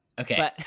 okay